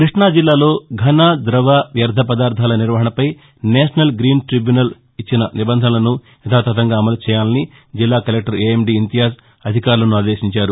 కృష్ణాజిల్లాలో ఘన దవ వ్యర్థ పదార్థాల నిర్వహణపై నేషనల్ గ్రీన్ ట్రిబ్యునల్ ఇచ్చిన నిబంధనలను యథాతథంగా అమలు చేయాలని జిల్లా కలెక్టర్ ఏయండి ఇంతియాజ్ అధికారులను ఆదేశించారు